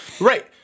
Right